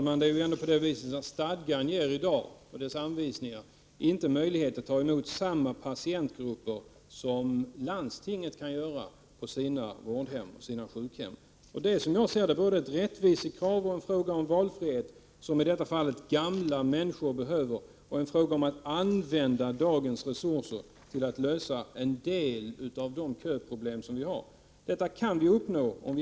Herr talman! Stadgan ger inte möjligheter att ta emot samma patientgrupper som landstinget kan ta emot på sina sjukhem och vårdhem. Det är både ett rättvisekrav och en fråga om valfrihet, i detta fall för gamla människor, och en fråga om att använda dagens resurser till att lösa en del av de köproblem som finns inom vården.